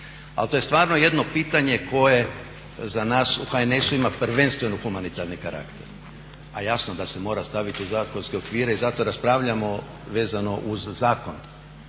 Ali to je stvarno jedno pitanje koje za nas u HNS-u ima prvenstveno humanitarni karakter, a jasno da se mora staviti u zakonske okvire i zato raspravljamo vezano uz zakon